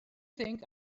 think